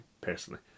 personally